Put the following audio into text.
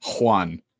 Juan